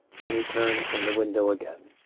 then he turned from the window again.